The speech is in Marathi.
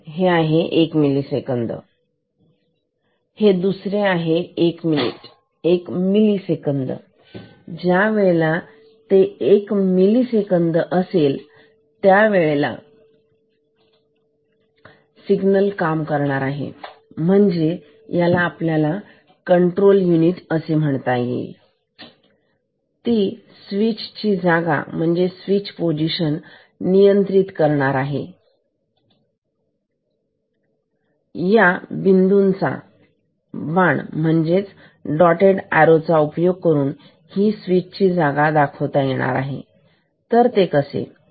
तर हे आहे 1 मिलीसेकंद हे दुसरे आहे एक मिलीसेकंद एक मिली सेकंद यावेळेला टाईम सुद्धा एक मिलिसेकंद आहे आता सिग्नलला काम करण्यासाठी म्हणजेच ज्याला आपण कंट्रोल युनिट म्हणू शकतो तो स्विच ची जागा स्विच पोझिशन स्वीच पोसिशन नियंत्रित करणार आहे तर या बिंदूचा बाण म्हणजे डॉटेड आरो चा उपयोग करून स्वीच ची जागा नियंत्रित करता येणार आहे कसे